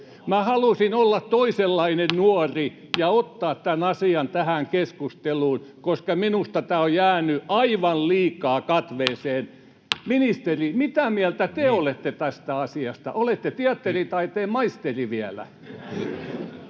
halusin olla toisenlainen nuori ja ottaa tämän asian tähän keskusteluun, koska minusta tämä on jäänyt aivan liikaa katveeseen. Ministeri, mitä mieltä te olette tästä asiasta? Olette vielä teatteritaiteen maisteri.